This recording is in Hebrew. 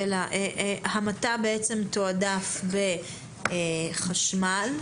לומר שהמתה תועדף בחשמל.